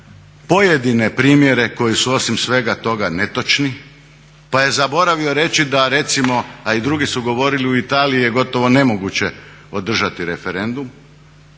pojedine primjere koji su osim svega toga netočni. Pa je zaboravio reći da recimo, a i drugi su govorili u Italiji je gotovo nemoguće održati referendum